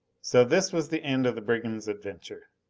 so this was the end of the brigands' adventure.